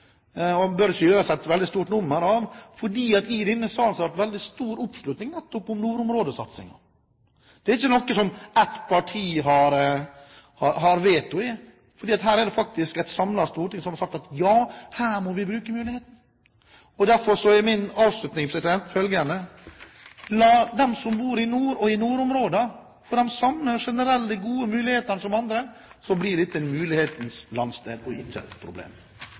i denne salen nettopp er stor oppslutning om nordområdesatsingen. Det er ikke noe som ett parti har vedtatt. Her er det faktisk et samlet storting som har sagt ja til at vi må bruke mulighetene. Derfor er min avslutning følgende: La de som bor i nordområdene, få de samme generelle, gode mulighetene som andre! Da blir dette mulighetenes landsdel – og